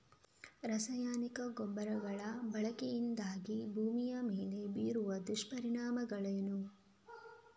ರಾಸಾಯನಿಕ ಗೊಬ್ಬರಗಳ ಬಳಕೆಯಿಂದಾಗಿ ಭೂಮಿಯ ಮೇಲೆ ಬೀರುವ ದುಷ್ಪರಿಣಾಮಗಳೇನು?